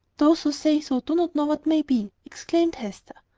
those who say so do not know what may be, exclaimed hester.